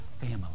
family